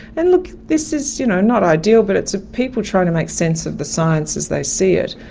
and look, this is you know not ideal but it's ah people trying to make sense of the science as they see it.